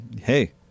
hey